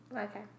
Okay